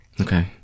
Okay